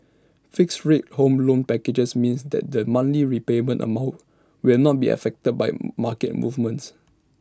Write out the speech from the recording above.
fixed rate home loan packages means that the monthly repayment amount will not be affected by market movements